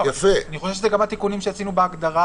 אני חושב שזה גם התיקונים שעשינו בהגדרה